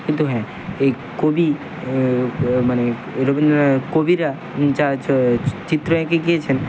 কিন্তু হ্যাঁ এই কবি মানে রবীন্দ্রনাথ কবিরা যা চিত্র এঁকে গিয়েছেন